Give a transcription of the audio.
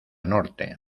norte